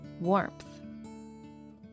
warmth